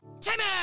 Timmy